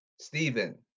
Stephen